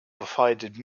provided